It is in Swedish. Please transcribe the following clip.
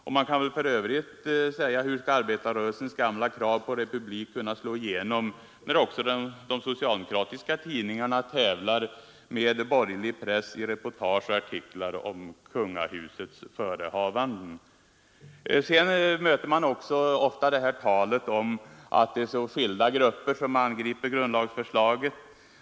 Hur skall för övrigt arbetarrörelsens gamla krav på republik slå igenom, när de socialdemokratiska tidningarna tävlar med borgerlig press i reportage och artiklar om kungahusets förehavanden? Man möter också ofta talet om att det är så skilda grupper som angriper grundlagsförslaget.